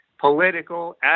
political